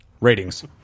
Ratings